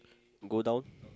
go down